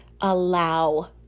allow